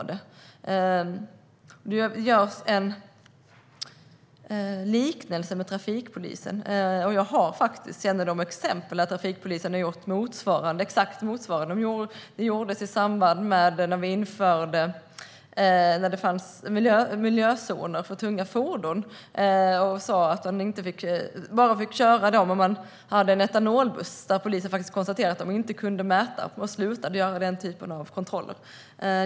Det görs en liknelse med trafikpolisen, och jag har faktiskt kännedom om ett exempel där trafikpolisen har gjort motsvarande i samband med att det infördes miljözoner för tunga fordon. Man fick bara köra där med etanolbuss, men polisen konstaterade att man inte kunde göra några mätningar, så man upphörde med den typen av kontroller.